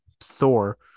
Thor